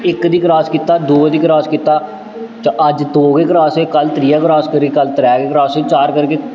इक गी क्रास कीता दो गी क्रास कीता ते अज्ज दो गै क्रास होए कल्ल त्रिया क्रास करियै कल्ल त्रै क्रास होए चार करगे